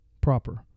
Proper